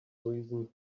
reason